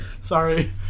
Sorry